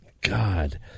God